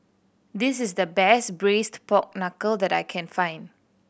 this is the best Braised Pork Knuckle that I can find